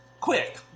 quick